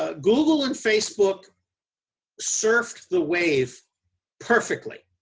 ah google and facebook serfed the wave perfectly.